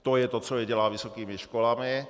To je to, co je dělá vysokými školami.